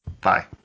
Bye